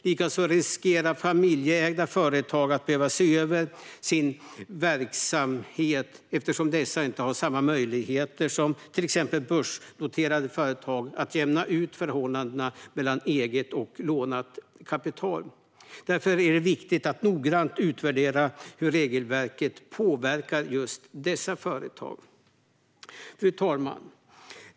Likaså riskerar familjeägda företag att behöva se över sin verksamhet, eftersom dessa inte har samma möjligheter som till exempel börsnoterade företag att jämna ut förhållandet mellan eget och lånat kapital. Därför är det viktigt att noggrant utvärdera hur regelverket påverkar just dessa företag. Fru talman!